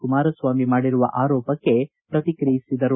ಕುಮಾರಸ್ವಾಮಿ ಮಾಡಿರುವ ಆರೋಪಕ್ಕೆ ಪ್ರಕಿಕಿಯಿಸಿದರು